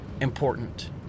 important